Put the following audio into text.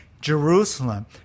Jerusalem